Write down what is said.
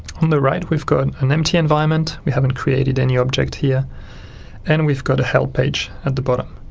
on the right we've got an empty environment we haven't created any object here and we've got a help page at the bottom.